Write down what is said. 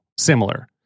Similar